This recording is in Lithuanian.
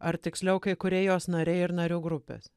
ar tiksliau kai kurie jos nariai ir narių grupės